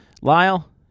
lyle